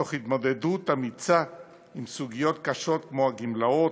תוך התמודדות אמיצה עם סוגיות קשות כמו הגמלאות,